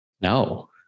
No